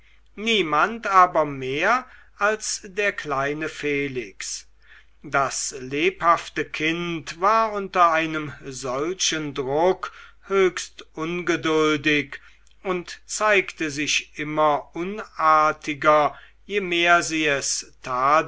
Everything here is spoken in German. niemand aber mehr als der kleine felix das lebhafte kind war unter einem solchen druck höchst ungeduldig und zeigte sich immer unartiger je mehr sie es